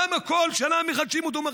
למה כל שנה מחדשים אותו?